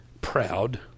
proud